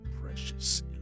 precious